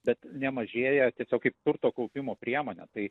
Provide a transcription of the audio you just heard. bet nemažėja tiesiog kaip turto kaupimo priemonė tai